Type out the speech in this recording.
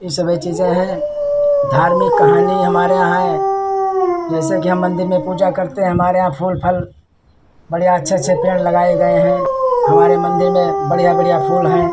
यह सब चीज़ें हैं धार्मिक कहानी हमारे यहाँ है जैसे कि हम मन्दिर में पूजा करते हैं हमारे यहाँ फूल फल बढ़ियाँ अच्छे अच्छे पेड़ लगाए गए हैं हमारे मन्दिर में बढ़ियाँ बढ़ियाँ फूल हैं